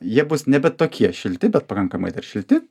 jie bus nebe tokie šilti bet pakankamai dar šilti